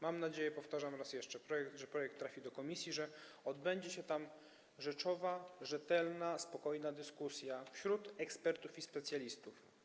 Mam nadzieję, powtarzam raz jeszcze, że projekt trafi do komisji, że odbędzie się tam rzeczowa, rzetelna, spokojna dyskusja wśród ekspertów i specjalistów.